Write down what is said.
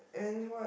and what ah